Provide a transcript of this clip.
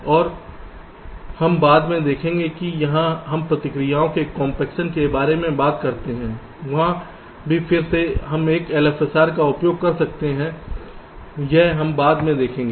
और हम बाद में देखेंगे कि जहां हम प्रतिक्रियाओं के कॉम्पेक्शन के बारे में बात करते हैं वहाँ भी फिर से हम एक LFSR का उपयोग कर सकते हैं यह हम बाद में देखेंगे